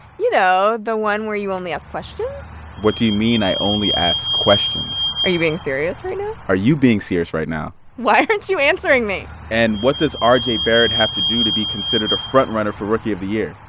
you know, the one where you only ask questions? what do you mean, i only ask questions? are you being serious right now? are you being serious right now? why aren't you answering me? and what does ah rj barrett have to do to be considered a front-runner for rookie of the year?